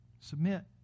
Submit